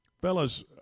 fellas